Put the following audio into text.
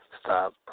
stop